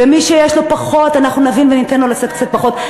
ומי שיש לו פחות אנחנו נבין וניתן לו לשאת קצת פחות.